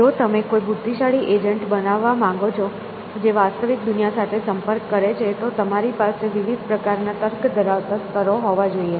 જો તમે કોઈ બુદ્ધિશાળી એજન્ટ બનાવવા માંગો છો જે વાસ્તવિક દુનિયા સાથે સંપર્ક કરે છે તો તમારી પાસે વિવિધ પ્રકારના તર્ક ધરાવતા સ્તરો હોવા જોઈએ